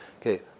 Okay